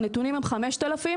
הנתונים הם 5,000,